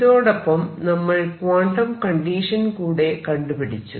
ഇതോടൊപ്പം നമ്മൾ quantum condition കൂടെ കണ്ടുപിടിച്ചു